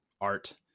art